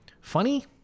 Funny